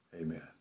amen